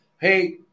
Hey